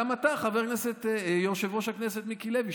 גם אתה יושב-ראש הכנסת מיקי לוי,